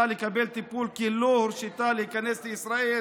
לקבל טיפול כי לא הורשתה להיכנס לישראל.